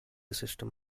system